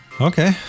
Okay